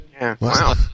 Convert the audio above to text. wow